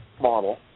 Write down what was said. model